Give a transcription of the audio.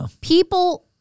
People